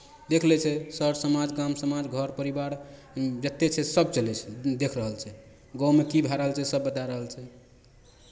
देख लै छै सर समाज गाम समाज घर परिवार जतेक छै सभ चलै छै देख रहल छै गाँवमे की भए रहल छै सभ बता रहल छै